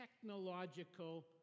technological